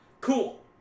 cool